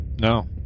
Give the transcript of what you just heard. No